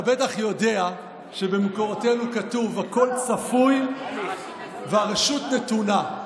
אתה בטח יודע שבמקורותינו כתוב "הכול צפוי והרשות נתונה".